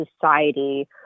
society